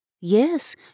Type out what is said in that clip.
Yes